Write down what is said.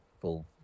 full